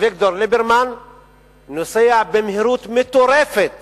אביגדור ליברמן נוסע במהירות מטורפת